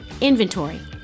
inventory